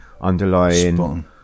underlying